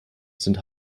sind